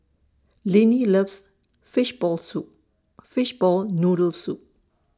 Linnie loves Fishball Soup Fishball Noodle Soup